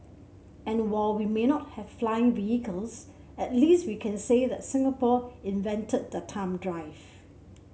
and while we may not have flying vehicles at least we can say that Singapore invented the thumb drive